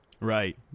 Right